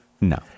No